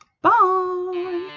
bye